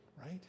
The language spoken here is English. right